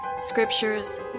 scriptures